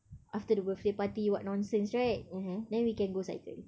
after the birthday party what nonsense right then we can go cycling